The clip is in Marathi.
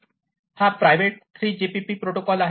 हा प्रायव्हेट 3GPP प्रोटोकॉल आहे